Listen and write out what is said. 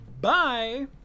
Bye